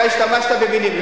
אתה השתמשת במלים.